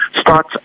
start